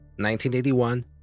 1981